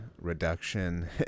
reduction